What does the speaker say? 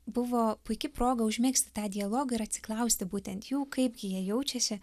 buvo puiki proga užmegzti tą dialogą ir atsiklausti būtent jų kaipgi jie jaučiasi